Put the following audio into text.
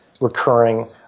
recurring